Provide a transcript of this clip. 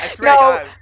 No